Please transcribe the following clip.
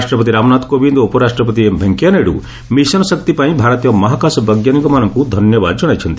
ରାଷ୍ଟ୍ରପତି ରାମନାଥ କୋବିନ୍ଦ ଓ ଉପରାଷ୍ଟ୍ରପତି ଏମ ଭେଙ୍କୟାନାଇଡୁ ମିଶନ ଶକ୍ତି ପାଇଁ ଭାରତୀୟ ମହାକଶ ବୈଜ୍ଞାନିକମାନଙ୍କୁ ଧନ୍ୟବାଦ କଶାଇଛନ୍ତି